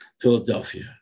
Philadelphia